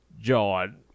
John